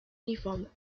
uniform